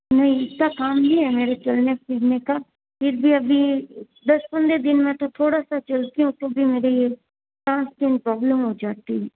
नहीं इतना काम नहीं है मेरे चलने फिरने का फिर भी अभी दस पंद्रह दिन में तो थोड़ा सा चलती हूँ तो भी मेरी ये सांस की प्रॉब्लम हो जाती है